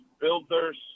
builders